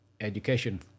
education